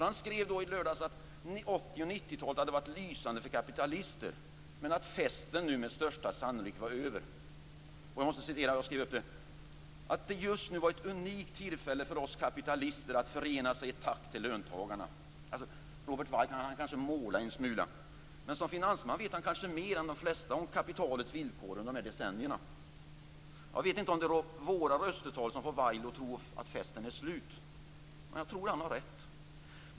Han skrev i lördags att 1980 och 1990-talet hade varit lysande för kapitalister men att festen nu med största sannolikhet var över. Han skrev att det just nu var ett unikt tillfälle för kapitalister att förena sig i ett tack till löntagarna. Robert Weil kanske målar en smula, men som finansman vet han nog mer än de flesta om kapitalets villkor under dessa decennier. Jag vet inte om det är våra röstetal som får Weil att tro att festen är slut, men jag tror att han har rätt.